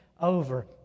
over